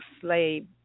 slave